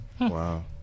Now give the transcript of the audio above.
Wow